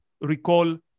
recall